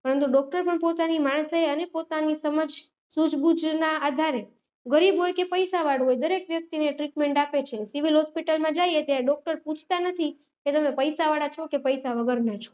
પરંતુ ડૉક્ટર પણ પોતાની માણસાઈ અને પોતાની સમજ સૂઝબૂઝના આધારે ગરીબ હોય કે પૈસાવાળો હોય દરેક વ્યક્તિને ટ્રીટમેન્ટ આપે છે સિવિલ હોસ્પિટલમાં જાઈએ ત્યાં ડૉક્ટર પૂછતાં નથી કે તમે પૈસાવાળા છો કે પૈસા વગરના છો